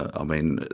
i mean,